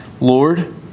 Lord